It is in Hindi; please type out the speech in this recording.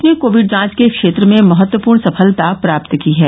देश ने कोविड जांच के क्षेत्र में महत्वपूर्ण सफलता प्राप्त की है